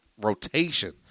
rotation